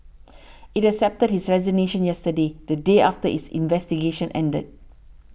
it accepted his resignation yesterday the day after its investigation ended